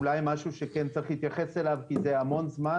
אולי משהו שכן צריך להתייחס אליו כי זה המון זמן